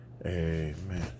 amen